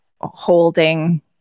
holding